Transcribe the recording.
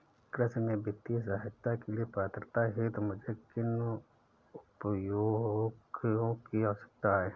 कृषि में वित्तीय सहायता के लिए पात्रता हेतु मुझे किन योग्यताओं की आवश्यकता है?